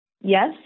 Yes